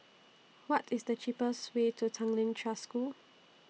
What IS The cheapest Way to Tanglin Trust School